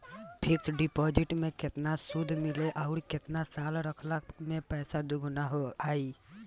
Fix deposit मे केतना सूद मिली आउर केतना साल रखला मे पैसा दोगुना हो जायी?